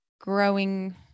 growing